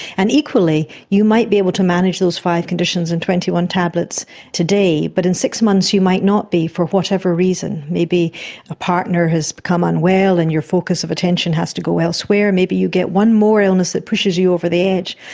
and equally, you might be able to manage those five conditions and twenty one tablets today, but in six months you might not be, for whatever reason, maybe a partner has become unwell and your focus of attention has to go elsewhere, maybe you get one more illness that pushes you over the edge.